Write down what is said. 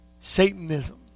Satanism